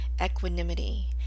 equanimity